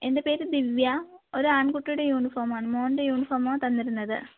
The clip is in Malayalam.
എൻ്റെ പേര് ദിവ്യ ഒരാൺകുട്ടിയുടെ യൂണിഫോമാണ് മോൻ്റെ യൂണിഫോമാണ് തന്നിരുന്നത്